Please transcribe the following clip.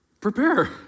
prepare